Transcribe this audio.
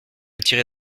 tirer